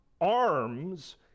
arms